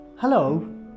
Hello